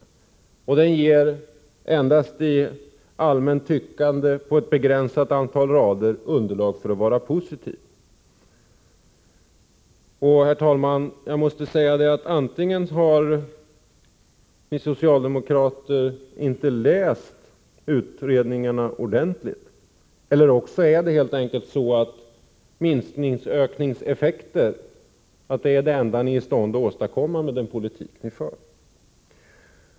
Undersökningen ger endast — det är fråga om ett allmänt tyckande — på ett begränsat antal rader underlag för positivism. Herr talman! Jag måste säga att antingen har ni socialdemokrater inte läst utredningarna ordentligt eller också är det helt enkelt så, att minsknings /ökningseffekter är det enda som ni är i stånd att åstadkomma med den politik ni för.